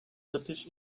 britisch